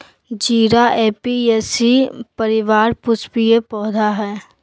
जीरा ऍपियेशी परिवार पुष्पीय पौधा हइ